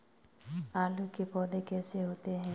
आलू के पौधे कैसे होते हैं?